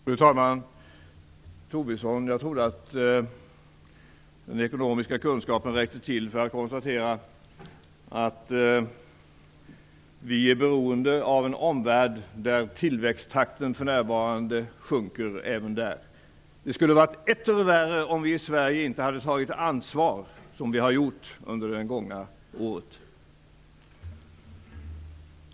Fru talman! Lars Tobisson, jag trodde att den ekonomiska kunskapen räckte till för att konstatera att vi är beroende av en omvärld där tillväxttakten för närvarande sjunker. Det skulle vara etter värre om vi Sverige inte hade tagit ansvar som vi har gjort under det gångna året.